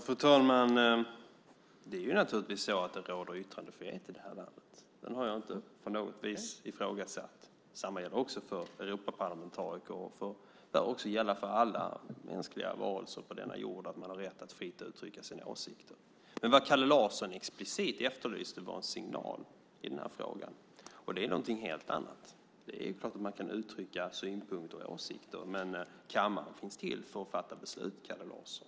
Fru talman! Det råder naturligtvis yttrandefrihet här i landet. Den har jag inte på något vis ifrågasatt. Detsamma gäller Europaparlamentariker och bör också gälla för alla mänskliga varelser på denna jord. Alla ska ha rätt att fritt uttrycka sina åsikter. Men vad Kalle Larsson explicit efterlyste var en signal i den här frågan, och det är något helt annat. Det är klart att man kan uttrycka synpunkter och åsikter, men kammaren finns till för att fatta beslut, Kalle Larsson.